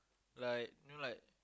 like know like